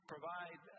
provide